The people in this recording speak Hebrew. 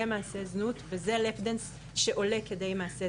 זה מעשה זנות וזה "לאפ דאנס" שעולה כדי מעשה זנות.